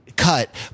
Cut